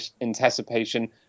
anticipation